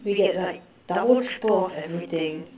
we get like double triple of everything